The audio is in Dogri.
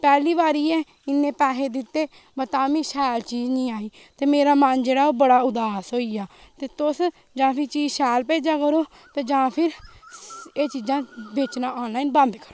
पैह्ली बारी ऐ इन्ने पैहे दित्ते पर तामी शैल चीज निं आई ते मेरा मन जेह्ड़ा बड़ा उदास होई गेआ ते तुस जां फिर चीज शैल भेजा करो ते जां फिर एह् चीजां बेचना आनलाइन बंद करो